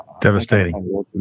devastating